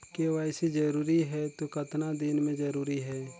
KYC जरूरी हे तो कतना दिन मे जरूरी है?